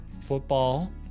football